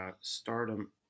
Stardom